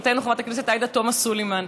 חברתנו חברת הכנסת עאידה תומא סלימאן.